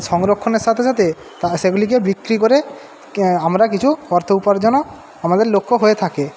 সংরক্ষণের সাথে সাথে তা সেগুলিকে বিক্রি করে কে আমরা কিছু অর্থ উপার্জনও আমাদের লক্ষ্য হয়ে থাকে